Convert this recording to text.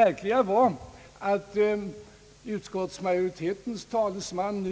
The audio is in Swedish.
Märkligt nog riktade utskottsmajoritetens talesman